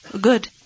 good